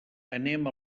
anem